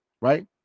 right